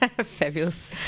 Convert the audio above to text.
Fabulous